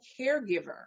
caregiver